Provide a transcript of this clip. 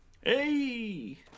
hey